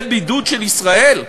זה בידוד של ישראל?